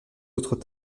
autres